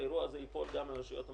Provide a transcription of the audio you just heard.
האירוע הזה ייפול גם על הרשויות המקומיות,